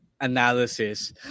Analysis